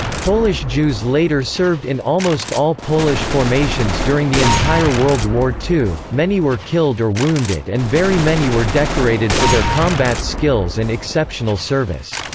polish jews later served in almost all polish formations during the entire world war ii, many were killed or wounded and very many were decorated for their combat skills and exceptional service.